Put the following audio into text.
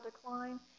decline